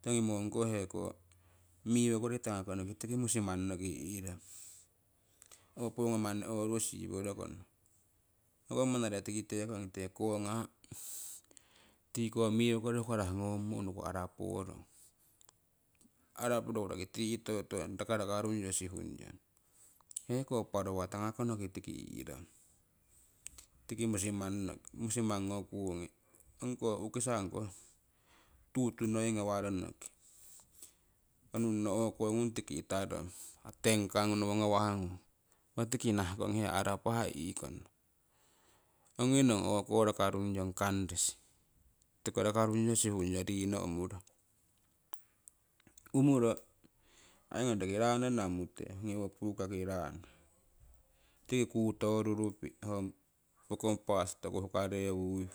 Ti ongi moongkoh heko mivo kori tangakonoki tiki musingmannoki i'rong owo poongo manni orusiworokong hoko manare tiki teko ongite konga tiko mivokori hukarah ngomo unuku araporong, araporoku roki tii itotonyo rakarungyo sihungyong heko paruwa tangakonoki. Tiki i'rong tiki musimangnoki misimango kuu ongikoh u'kisako ongkoh tuutuh noii ngawa ronoki onunu oko ngung tiki itowarong tanka nowo ngawahgung impa tiki nahahkong hewa aarapah i'kono. Ongi nong o'ko rakarungyong kandesi tiko rakarungyo sihungyo riino umurong umuro ai ngoni roki rannonang muute tiki ongi bukaki ranno tii kutorupiih ong pookong parts toku hukarewuuyu